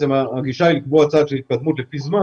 הגישה היא לקבוע צעד של התקדמות לפי זמן